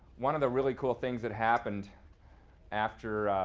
one of the really cool things that happened after,